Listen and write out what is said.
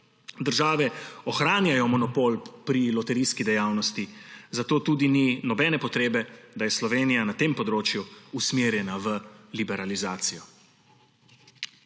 države ohranjajo monopol pri loterijski dejavnosti, zato tudi ni nobene potrebe, da je Slovenija na tem področju usmerjena v liberalizacijo.